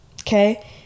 okay